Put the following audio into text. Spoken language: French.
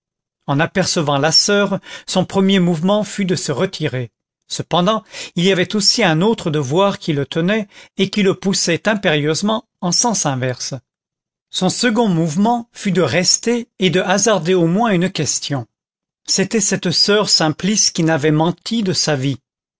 en apercevant la soeur son premier mouvement fut de se retirer cependant il y avait aussi un autre devoir qui le tenait et qui le poussait impérieusement en sens inverse son second mouvement fut de rester et de hasarder au moins une question c'était cette soeur simplice qui n'avait menti de sa vie